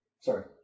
Sorry